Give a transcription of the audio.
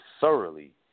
thoroughly